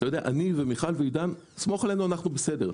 אני ומיכל ועידן, סמוך עלינו, אנחנו בסדר.